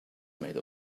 made